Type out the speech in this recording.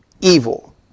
evil